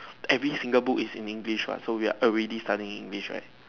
every single book is in English what so we are already study English right